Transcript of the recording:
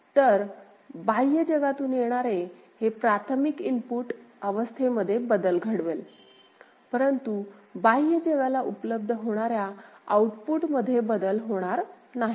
तर बाह्य जगातून येणारे हे प्राथमिक इनपुट अवस्थे मध्ये बदल घडवेल परंतु बाह्य जगाला उपलब्ध होणाऱ्या आऊटपुट मध्ये बदल होणार नाहीत